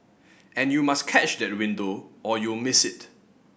and you must catch that window or you'll miss it